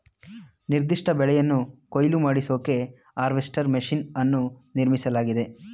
ನಿರ್ದಿಷ್ಟ ಬೆಳೆಗಳನ್ನು ಕೊಯ್ಲು ಮಾಡಿಸೋಕೆ ಹಾರ್ವೆಸ್ಟರ್ ಮೆಷಿನ್ ಅನ್ನು ನಿರ್ಮಿಸಲಾಗಿದೆ